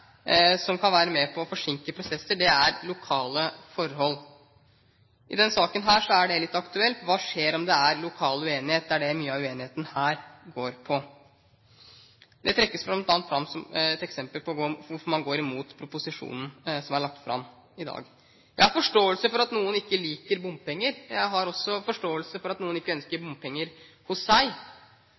som kan være med på å forsinke prosesser, er lokale forhold. I denne saken er det litt aktuelt: Hva skjer om det er lokal uenighet? Det er det mye av uenigheten her går på, og det trekkes bl.a. fram som et eksempel på hvorfor man går imot proposisjonen som er lagt fram i dag. Jeg har forståelse for at noen ikke liker bompenger. Jeg har også forståelse for at noen ikke ønsker bompenger hos seg.